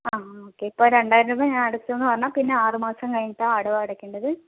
ആ ഓക്കെ ഇപ്പം രണ്ടായിരം രൂപ ഞാൻ അടച്ചൂന്ന് പറഞ്ഞാൽ പിന്നെ ആറ് മാസം കഴിഞ്ഞിട്ടാണ് ആ അടവ് അടയ്ക്കണ്ടത്